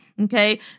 Okay